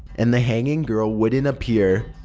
and the hanging girl wouldn't appear.